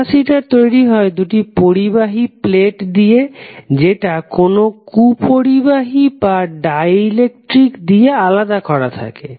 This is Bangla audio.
ক্যাপাসিটর তৈরি হয় দুটি পরিবাহী প্লেট দিয়ে যেটা কোনো কুপরিবাহী বা ডাইইলেকট্রিক দিয়ে আলাদা করা থাকে